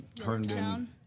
Herndon